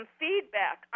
feedback